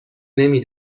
نمی